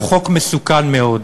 זהו חוק מסוכן מאוד.